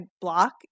block